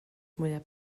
mwyaf